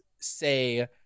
say